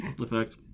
effect